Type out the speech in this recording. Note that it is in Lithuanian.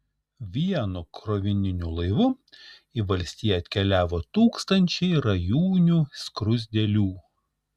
vienu krovininiu laivu į valstiją atkeliavo tūkstančiai rajūnių skruzdėlių